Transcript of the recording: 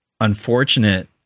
unfortunate